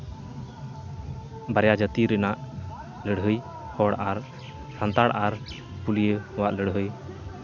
ᱵᱟᱨᱭᱟ ᱡᱟᱹᱛᱤ ᱨᱮᱱᱟᱜ ᱞᱟᱹᱲᱦᱟᱹᱭ ᱦᱚᱲ ᱟᱨ ᱥᱟᱱᱛᱟᱲ ᱟᱨ ᱯᱩᱞᱤᱭᱟᱹ ᱠᱚᱣᱟᱜ ᱞᱟᱹᱲᱦᱟᱹᱭ